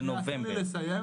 עדיין הפנימיות השנה יורדות.